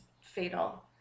fatal